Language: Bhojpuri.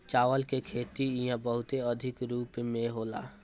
चावल के खेती इहा बहुते अधिका रूप में होला